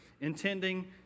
intending